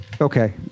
Okay